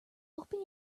open